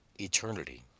eternity